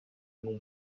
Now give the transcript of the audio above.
num